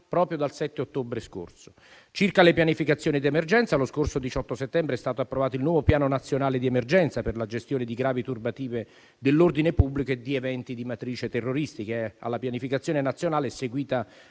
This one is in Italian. proprio dal 7 ottobre scorso. Circa le pianificazioni di emergenza, lo scorso 18 settembre è stato approvato il nuovo piano nazionale di emergenza per la gestione di gravi turbative dell'ordine pubblico e di eventi di matrice terroristica. Alla pianificazione nazionale è seguita